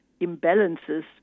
imbalances